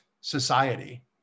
society